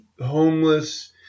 homeless